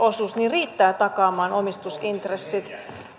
prosentin omistusosuus riittää takaamaan omistusintressit